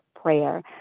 prayer